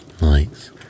lights